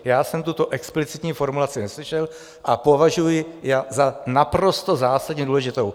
Já jsem tuto explicitní formulaci neslyšel a považuji ji za naprosto zásadní a důležitou.